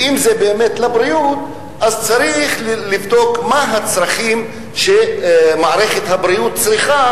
ואם זה באמת לבריאות צריך לבדוק מה מערכת הבריאות צריכה,